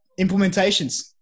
implementations